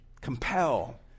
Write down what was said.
Compel